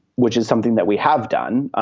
which is something that we have done. ah